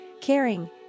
caring